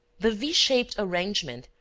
the v-shaped arrangement,